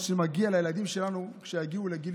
את מה שמגיע לילדים שלנו כאשר יגיעו לגיל